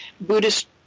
Buddhist